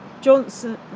Johnson